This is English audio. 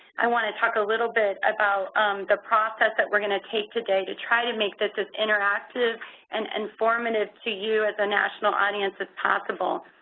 i want to talk a little bit about the process that we are going to take today to try to make this as interactive and informative to you the national audience as possible.